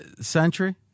century